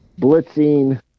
blitzing